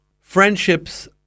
Friendships